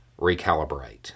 recalibrate